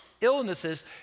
illnesses